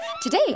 Today